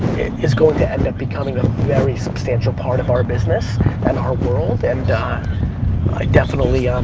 is going to end up becoming a very substantial part of our business and our world. and i definitely um